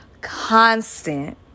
constant